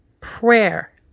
prayer